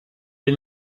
est